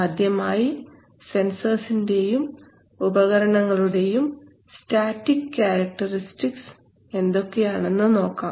ആദ്യമായി സെൻസർസിന്റെയും ഉപകരണങ്ങളുടെയും സ്റ്റാറ്റിക് ക്യാരക്ടർസ്റ്റിക്സ് എന്തൊക്കെയാണെന്ന് നോക്കാം